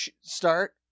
start